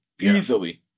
easily